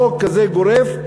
חוק כזה גורף.